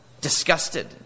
disgusted